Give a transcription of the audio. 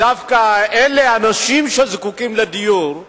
דווקא אלה, האנשים שזקוקים לדיור,